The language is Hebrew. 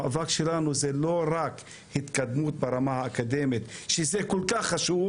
המאבק שלנו זה לא רק התקדמות ברמה האקדמית שזה כל כך חשוב